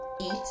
eat